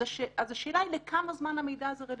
אז השאלה היא לכמה זמן המידע הזה רלוונטי.